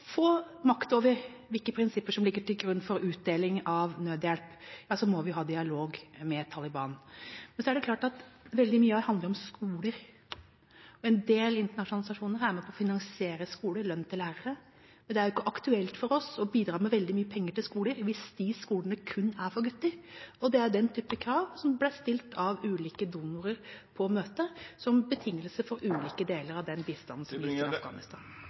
til grunn for utdeling av nødhjelp, må vi ha dialog med Taliban. Det er klart at veldig mye her handler om skoler. En del internasjonale organisasjoner er med på å finansiere skoler og lønn til lærere. Det er ikke aktuelt for oss å bidra med veldig mye penger til skoler hvis skolene kun er for gutter. Det er den typen krav som ble stilt av ulike donorer på møtet som betingelse for ulike deler av den bistanden som går til Afghanistan.